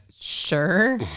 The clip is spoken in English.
Sure